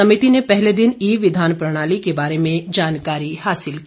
समिति ने पहले दिन ई विधान प्रणाली के बारे में जानकारी हासिल की